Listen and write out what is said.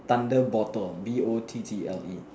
thunder bottle B O T T L E